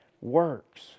works